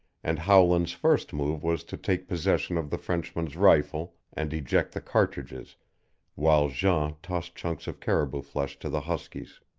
and howland's first move was to take possession of the frenchman's rifle and eject the cartridges while jean tossed chunks of caribou flesh to the huskies.